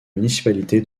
municipalité